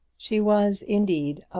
she was, indeed,